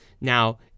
Now